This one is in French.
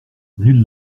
nulle